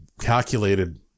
calculated